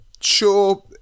sure